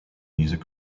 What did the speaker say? music